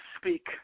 speak